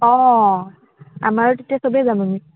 অঁ আমাৰ তেতিয়া চবেই যাম আমি